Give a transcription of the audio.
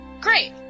Great